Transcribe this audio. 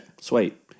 Sweet